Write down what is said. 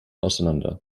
auseinander